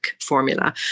formula